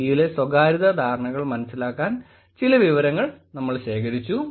ഇന്ത്യയിലെ സ്വകാര്യതാ ധാരണകൾ മനസ്സിലാക്കാൻ ചില വിവരങ്ങൾ ശേഖരിച്ചു